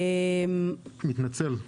אני מתנצל,